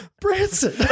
Branson